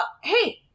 Hey